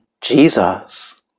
Jesus